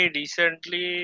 recently